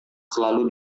selalu